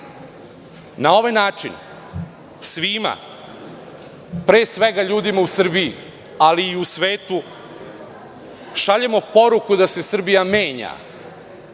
Na ovaj način svima, pre svega ljudima u Srbiji, ali i u svetu, šaljemo poruku da se Srbija menja